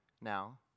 now